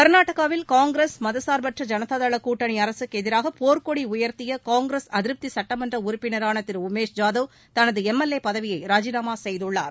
கா்நாடகாவில் காங்கிரஸ் மதசாா்பற்ற ஜனதாதள கூட்டணி அரசுக்கு எதிராக போா்க் கொடி உயர்த்திய காங்கிரஸ் அதிருப்தி சுட்டமன்ற உறுப்பினரான திரு உமேஷ் ஜாதவ் தனது எம் எல் ஏ பதவியை ராஜினாமா செய்துள்ளார்